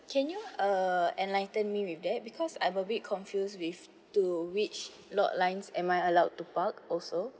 can you uh enlighten me with that because I'm a bit confused with to which lot lines am I allowed to park also